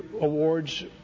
awards